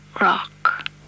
rock